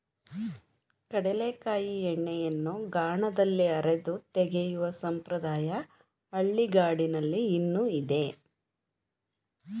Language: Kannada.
ಕಡಲೆಕಾಯಿ ಎಣ್ಣೆಯನ್ನು ಗಾಣದಲ್ಲಿ ಅರೆದು ತೆಗೆಯುವ ಸಂಪ್ರದಾಯ ಹಳ್ಳಿಗಾಡಿನಲ್ಲಿ ಇನ್ನೂ ಇದೆ